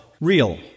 real